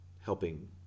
helping